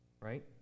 right